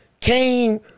came